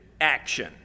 action